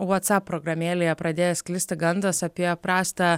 whatsapp programėlėje pradėjo sklisti gandas apie prastą